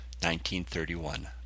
1931